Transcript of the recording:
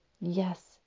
Yes